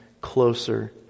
closer